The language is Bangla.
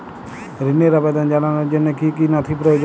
ঋনের আবেদন জানানোর জন্য কী কী নথি প্রয়োজন?